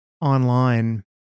online